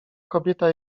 kobieta